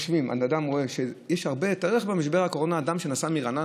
תארי לך שבמשבר הקורונה אדם שהיה נוסע מרעננה